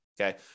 okay